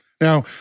Now